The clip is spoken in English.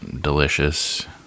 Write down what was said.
delicious